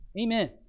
Amen